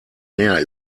meer